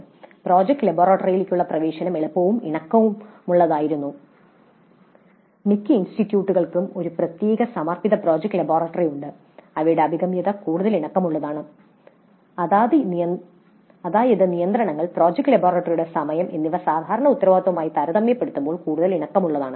"project ലബോറട്ടറിയിലേക്കുള്ള പ്രവേശനം എളുപ്പവും ഇണക്കമുള്ളതുമായിരുന്നു" മിക്ക ഇൻസ്റ്റിറ്റ്യൂട്ടുകൾക്കും ഒരു പ്രത്യേക സമർപ്പിത പ്രോജക്റ്റ് ലബോറട്ടറി ഉണ്ട് അവയുടെ അഭിഗമ്യത കൂടുതൽ ഇണക്കമുള്ളതാണ് അതായത് നിയന്ത്രണങ്ങൾ പ്രോജക്റ്റ് ലബോറട്ടറിയുടെ സമയം എന്നിവ സാധാരണ ഉത്തരവാദിത്വമായി താരതമ്യപ്പെടുത്തുമ്പോൾ കൂടുതൽ ഇണക്കമുള്ളതാണ്